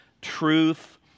truth